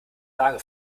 lage